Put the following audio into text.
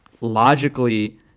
Logically